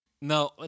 No